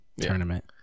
tournament